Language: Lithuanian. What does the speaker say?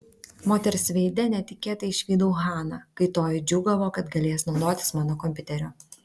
moters veide netikėtai išvydau haną kai toji džiūgavo kad galės naudotis mano kompiuteriu